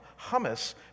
hummus